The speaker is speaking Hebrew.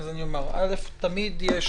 א', תמיד יש